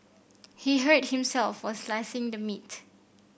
he hurt himself while slicing the meat